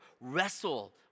wrestle